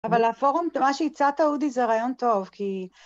אבל הפורום, מה שהצעת, אודי, זה רעיון טוב, כי...